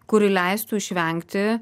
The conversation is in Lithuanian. kuri leistų išvengti